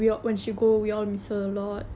எல்லாமே பேசுவீங்களா:ellaame pesuvingalaa